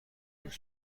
روز